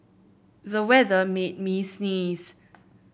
the weather made me sneeze